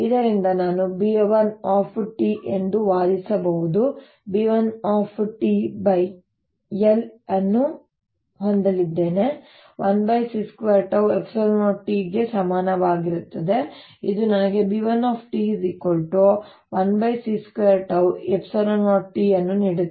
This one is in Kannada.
ಇದರಿಂದ ನಾನು B₁ ಎಂದು ವಾದಿಸಬಹುದು ನಾನು B₁l ಅನ್ನು ಹೊಂದಲಿದ್ದೇನೆ 1 C² 𝜏 E0 ಸಮನಾಗಿರುತ್ತದೆ ಇದು ನನಗೆ B₁ l C² 𝜏 E0 ಅನ್ನು ನೀಡುತ್ತದೆ